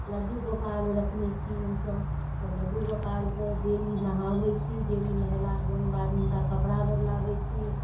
लड्डू गोपाल रखने छी हमसभ तऽ लड्डू गोपालके डेली नहाबै छी डेली नहेलाके बादमे हुनका कपड़ा बदलाबै छी